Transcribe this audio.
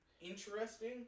interesting